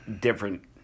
different